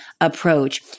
approach